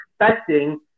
expecting